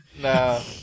No